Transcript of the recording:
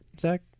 Zach